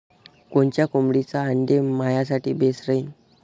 कोनच्या कोंबडीचं आंडे मायासाठी बेस राहीन?